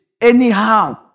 anyhow